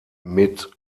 mit